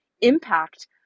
impact